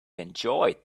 enjoyed